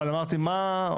אבל אמרתי מה,